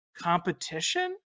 competition